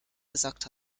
gesagt